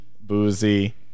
boozy